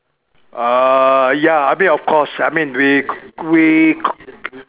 ah ya I mean of course I mean we c~ we